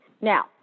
Now